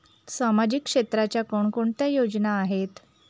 सामाजिक क्षेत्राच्या कोणकोणत्या योजना आहेत?